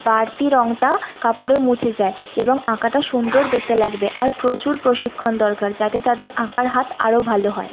বাড়তি রঙটা কাপড়ে মুছে যায় এবং আঁকাটা সুন্দর দেখতে লাগবে আর প্রচুর প্রশিক্ষণ দরকার যাতে তাদের আঁকার হাত আরও ভালো হয়